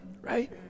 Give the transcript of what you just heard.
right